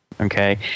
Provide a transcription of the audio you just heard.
Okay